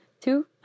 two